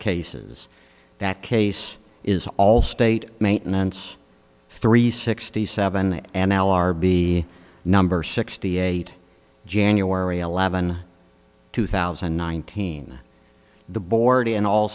cases that case is all state maintenance three sixty seven and l r b number sixty eight january eleventh two thousand and nineteen the board in all